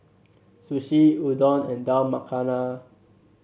Sushi Udon and Dal Makhani